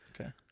okay